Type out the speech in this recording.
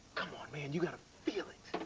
come on, man, you gotta feel it.